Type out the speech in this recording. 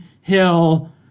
Hill